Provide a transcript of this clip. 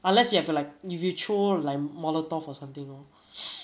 unless you have a like if you throw like molotov or something you know